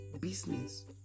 business